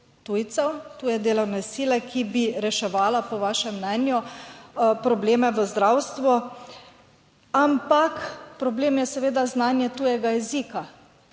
tuje delovne sile, ki bi reševala, po vašem mnenju, probleme v zdravstvu. Ampak problem je seveda znanje tujega jezika.